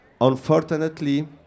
unfortunately